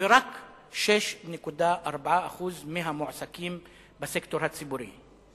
ורק 6.4% מהמועסקים בסקטור הציבורי.